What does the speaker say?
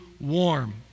warm